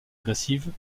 agressive